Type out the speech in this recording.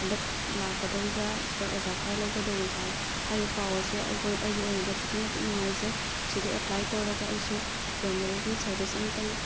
ꯍꯟꯗꯛ ꯂꯥꯛꯀꯗꯧꯔꯤꯕ ꯁꯤꯗꯥ ꯑꯣꯖꯥ ꯈꯔ ꯂꯧꯒꯗꯧꯔꯤ ꯍꯥꯏ ꯍꯥꯏꯔꯤꯕ ꯄꯥꯎ ꯑꯁꯦ ꯑꯩꯉꯣꯟ ꯑꯩꯒꯤ ꯑꯣꯏꯅꯗꯤ ꯑꯁꯨꯛꯀꯤ ꯃꯇꯤꯛ ꯅꯨꯡꯉꯥꯏꯖꯩ ꯁꯤꯗ ꯑꯦꯄ꯭ꯂꯥꯏ ꯇꯧꯔꯒ ꯑꯩꯁꯨ ꯒꯣꯔꯃꯦꯜꯒꯤ ꯁꯥꯔꯚꯤꯁ ꯑꯃꯇꯪ